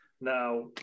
now